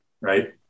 Right